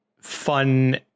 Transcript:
Fun